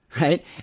Right